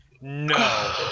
No